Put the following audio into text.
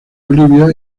bolivia